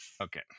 Okay